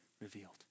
revealed